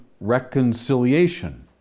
reconciliation